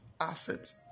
asset